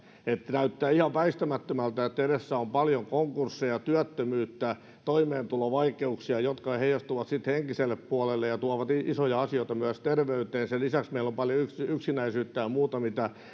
näyttää ihan väistämättömältä että edessä on paljon konkursseja työttömyyttä ja toimeentulovaikeuksia jotka heijastuvat sitten henkiselle puolelle ja tuovat isoja asioita myös terveyteen sen lisäksi meillä on paljon yksinäisyyttä ja muuta